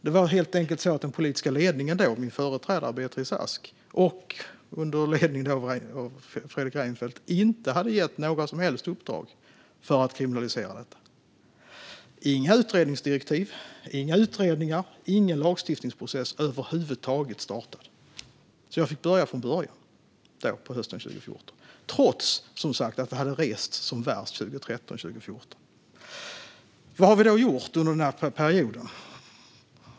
Det var helt enkelt så att den politiska ledningen, min företrädare Beatrice Ask under ledning av Fredrik Reinfeldt, inte hade gett några som helst uppdrag för att kriminalisera detta. Inga utredningsdirektiv, inga utredningar och ingen lagstiftningsprocess över huvud taget startade. Jag fick börja från början då, hösten 2014, trots att det som sagt hade rests som värst 2013 och 2014. Vad har vi då gjort under den här perioden?